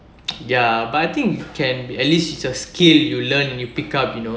ya but I think can at least it's a skill you learn and you pick up you know